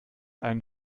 einen